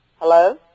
hello